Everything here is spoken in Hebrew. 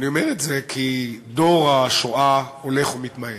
אני אומר את זה כי דור השואה הולך ומתמעט,